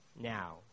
now